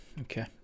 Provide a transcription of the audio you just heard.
Okay